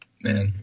Man